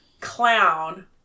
clown